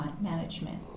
management